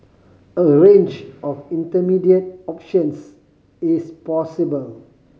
a range of intermediate options is possible